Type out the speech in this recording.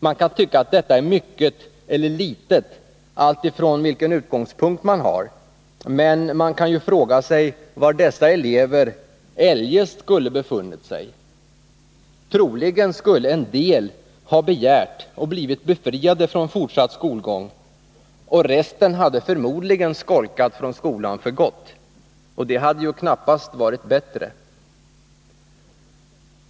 Man kan tycka att detta är mycket eller litet alltifrån vilken utgångspunkt man har, men man kan ju fråga sig var dessa elever eljest skulle ha befunnit sig. Troligen skulle en del ha begärt och fått befrielse från fortsatt skolgång, och resten hade förmodligen skolkat från skolan för gott. Och det hade ju knappast varit bättre.